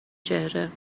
چهره